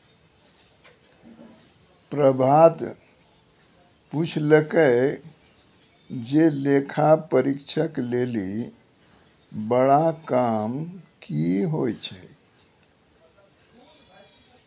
प्रभात पुछलकै जे लेखा परीक्षक लेली बड़ा काम कि होय छै?